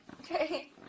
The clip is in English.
Okay